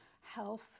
health